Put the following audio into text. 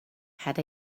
had